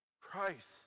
Christ